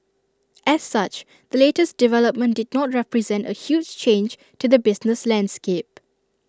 as such the latest development did not represent A huge change to the business landscape